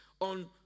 on